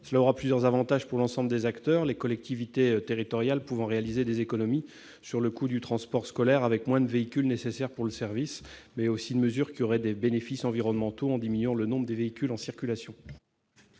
présentera plusieurs avantages pour l'ensemble des acteurs, les collectivités territoriales pouvant réaliser des économies sur le coût du transport scolaire avec moins de véhicules nécessaires pour le service. La mesure aura aussi des bénéfices environnementaux en diminuant le nombre de véhicules en circulation.